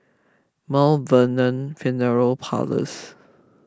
Mount Vernon funeral Parlours